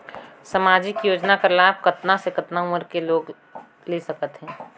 समाजिक योजना कर लाभ कतना से कतना उमर कर लोग ले सकथे?